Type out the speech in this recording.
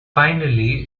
finally